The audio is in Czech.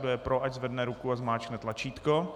Kdo je pro, ať zvedne ruku a zmáčkne tlačítko.